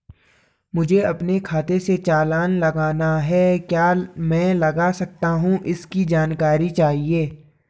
मुझे अपने खाते से चालान लगाना है क्या मैं लगा सकता हूँ इसकी जानकारी चाहिए?